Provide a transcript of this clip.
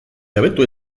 jabetu